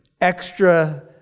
extra